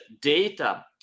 data